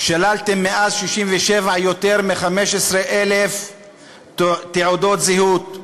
שללתם מאז 1967 יותר מ-15,000 תעודות זהות.